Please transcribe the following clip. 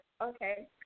Okay